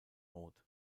rot